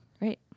Right